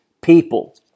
people